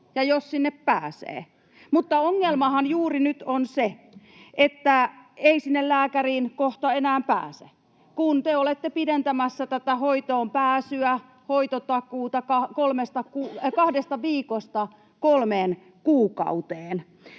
ja jos sinne pääsee. Mutta ongelmahan juuri nyt on se, että ei sinne lääkäriin kohta enää pääse, kun te olette pidentämässä tätä hoitoonpääsyä, hoitotakuuta, kahdesta viikosta kolmeen kuukauteen.